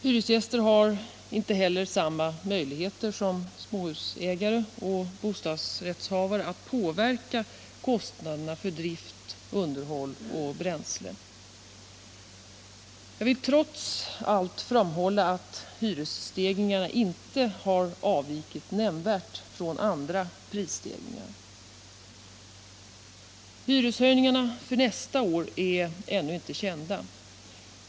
Hyresgäster har inte heller samma möjligheter som småhusägare och bostadsrättshavare att påverka kostnader för drift, underhåll och bränsle. Jag vill trots allt framhålla att hyresstegringarna inte har avvikit nämnvärt från andra prisstegringar. Hyreshöjningarna för nästa år är ännu inte kända.